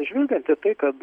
žvelgiant į tai kad